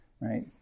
right